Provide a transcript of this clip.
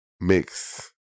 mix